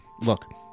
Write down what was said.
Look